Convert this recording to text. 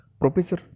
professor